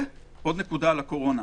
ועוד נקודה על הקורונה.